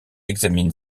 examine